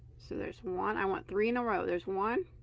so there's one. i want three in a row. there's one